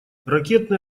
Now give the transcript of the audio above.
ракетные